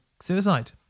suicide